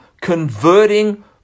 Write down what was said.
converting